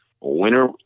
Winner